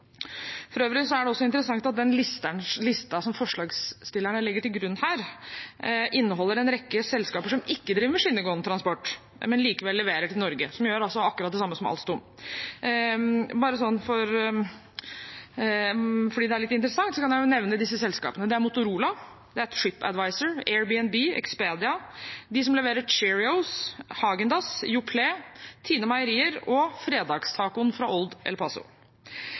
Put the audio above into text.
For øvrig er det også interessant at den listen som forslagsstillerne legger til grunn her, inneholder en rekke selskaper som ikke driver med skinnegående transport, men likevel leverer til Norge – som altså gjør akkurat det samme som Alstom. Bare fordi det er litt interessant, kan jeg nevne disse selskapene. Det er Motorola, Shipadviser, Airbnb, Expedia, de som leverer Cheerios, Häagen-Dazs, Yoplait, TINE Meierier og fredagstacoen fra Old El Paso.